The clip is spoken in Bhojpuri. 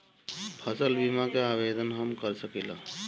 फसल बीमा के आवेदन हम कर सकिला?